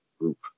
group